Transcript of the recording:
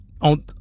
on